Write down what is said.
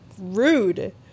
rude